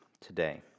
today